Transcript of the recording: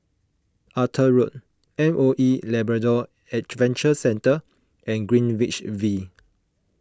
Arthur Road M O E Labrador Adventure Centre and Greenwich V